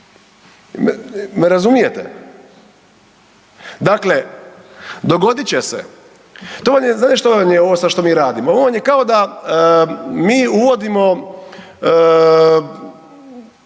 Me razumijete? Dakle, dogodit će se, to vam je, znate što vam je ovo sad što mi radimo, ovo vam je kao da mi uvodimo